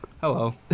Hello